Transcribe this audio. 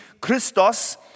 Christos